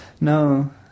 No